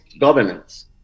governments